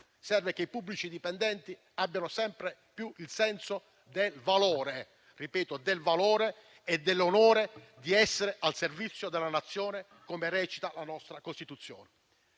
Serve che i pubblici dipendenti abbiano sempre più il senso del valore e dell'onore di essere al servizio della Nazione, come recita la nostra Costituzione.